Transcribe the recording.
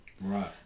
Right